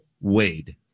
Wade